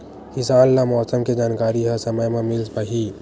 किसान ल मौसम के जानकारी ह समय म मिल पाही?